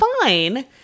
fine